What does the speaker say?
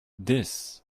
this